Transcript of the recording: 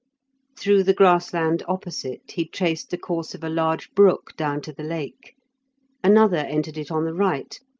through the grass-land opposite he traced the course of a large brook down to the lake another entered it on the right,